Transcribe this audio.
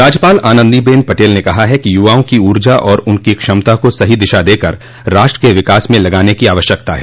राज्यपाल आनंदीबेन पटेल ने कहा है कि युवाओं की ऊर्जा और उनकी क्षमता को सही दिशा देकर राष्ट्र को विकास में लगाने की अवश्यकता है